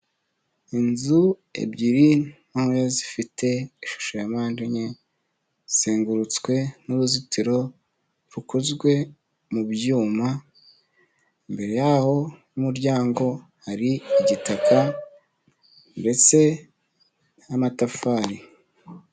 Inzu ebyiri ntoya zifite ishusho ya mpande enye zizengurutswe n'uruzitiro rukozwe mu byuma ,imbere yaho y'umuryango hari igitaka ndetse n'amatafari.